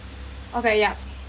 okay yeah